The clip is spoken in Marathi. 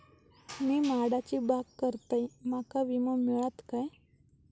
मी माडाची बाग करतंय माका विमो मिळात काय?